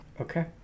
Okay